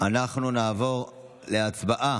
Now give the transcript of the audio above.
אנחנו נעבור להצבעה.